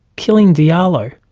killing diallo.